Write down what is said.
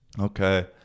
Okay